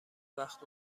وقت